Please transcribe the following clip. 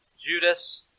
Judas